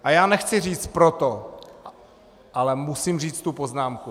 A já nechci říct proto, ale musím říct tu poznámku.